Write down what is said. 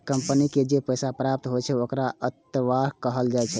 company के जे पैसा प्राप्त होइ छै, ओखरा अंतर्वाह कहल जाइ छै